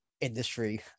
industry